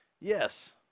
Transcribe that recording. Yes